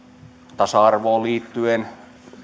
tasa arvoon liittyen